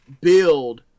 build